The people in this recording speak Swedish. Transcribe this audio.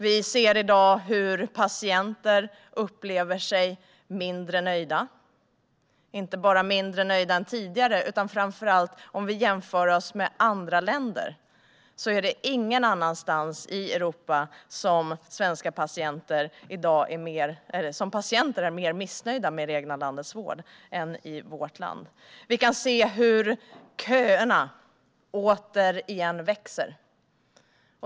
Vi ser i dag hur patienter upplever sig mindre nöjda - inte bara jämfört med tidigare utan framför allt om vi jämför med andra länder. Ingen annanstans i Europa är patienter i dag mer missnöjda med det egna landets vård än i vårt land. Vi kan se hur köerna återigen växer.